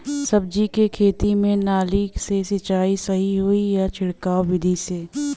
सब्जी के खेती में नाली से सिचाई सही होई या छिड़काव बिधि से?